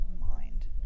mind